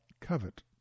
covet